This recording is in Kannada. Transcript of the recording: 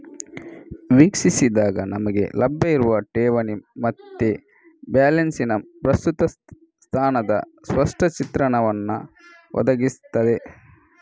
ವೀಕ್ಷಿಸಿದಾಗ ನಮಿಗೆ ಲಭ್ಯ ಇರುವ ಠೇವಣಿ ಮತ್ತೆ ಬ್ಯಾಲೆನ್ಸಿನ ಪ್ರಸ್ತುತ ಸ್ಥಾನದ ಸ್ಪಷ್ಟ ಚಿತ್ರಣವನ್ನ ಒದಗಿಸ್ತದೆ